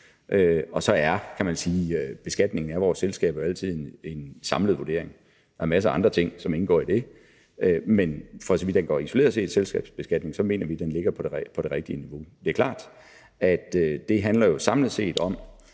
og så indgår beskatningen af vores selskaber jo altid i en samlet vurdering. Der er masser af andre ting, som indgår i det. Men for så vidt angår selskabsbeskatningen isoleret set, så mener vi, den ligger på det rigtige niveau. Det er klart, er beskatning af vores